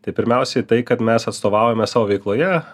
tai pirmiausiai tai kad mes atstovaujame savo veikloje